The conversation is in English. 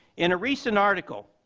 in a recent article,